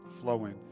flowing